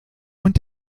und